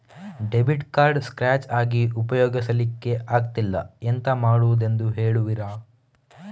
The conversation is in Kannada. ಡೆಬಿಟ್ ಕಾರ್ಡ್ ಸ್ಕ್ರಾಚ್ ಆಗಿ ಉಪಯೋಗಿಸಲ್ಲಿಕ್ಕೆ ಆಗ್ತಿಲ್ಲ, ಎಂತ ಮಾಡುದೆಂದು ಹೇಳುವಿರಾ?